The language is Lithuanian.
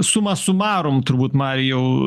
suma sumarum turbūt marijau